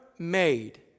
made